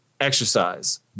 exercise